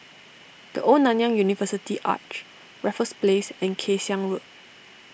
the Old Nanyang University Arch Raffles Place and Kay Siang Road